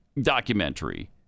documentary